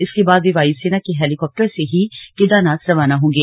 इसके बाद वे वायुसेना के हेलीकाप्टर से ही केदारनाथ रवाना होंगे